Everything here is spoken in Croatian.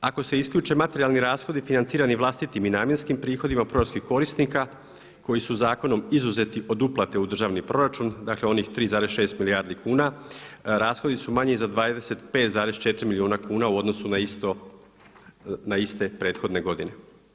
Ako se isključe materijalni rashodi financirani vlastitim i namjenskim prihodima proračunskih korisnika koji su zakonom izuzeti od uplate u državni proračun, dakle onih 3,6 milijardi kuna, rashodi su manji za 25,4 milijuna kuna u odnosu na iste prethodne godine.